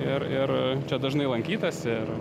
ir ir čia dažnai lankytasi ir